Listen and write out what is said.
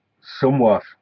somewhat